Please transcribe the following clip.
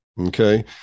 Okay